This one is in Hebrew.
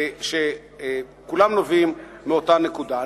שכולם נובעים מאותה נקודה.